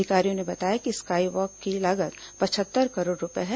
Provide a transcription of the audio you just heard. अधिकारियों ने बताया कि स्काई वॉक की लागत पचहत्तर करोड़ रूपये है